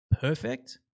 perfect